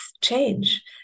change